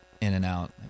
in-and-out